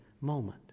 moment